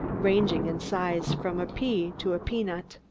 ranging in size from a pea to a peanut.